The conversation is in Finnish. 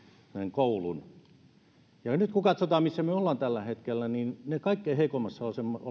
koulun ja nyt kun katsotaan missä me me olemme tällä hetkellä niin ne kaikkein heikoimmassa